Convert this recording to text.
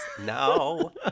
no